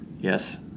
Yes